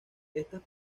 estas